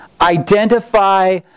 identify